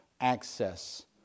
access